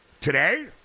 Today